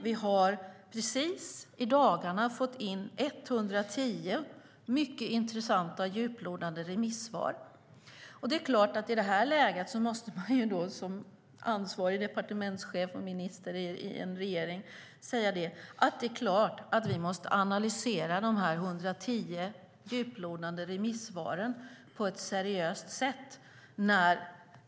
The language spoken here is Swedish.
Vi har precis i dagarna fått in 110 mycket intressanta och djuplodande remissvar. I det läget måste man som ansvarig departementschef och minister i en regering säga att det är klart vi måste analysera de 110 djuplodande remissvaren på ett seriöst sätt.